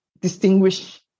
distinguish